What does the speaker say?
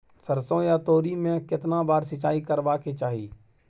सरसो या तोरी में केतना बार सिंचाई करबा के चाही?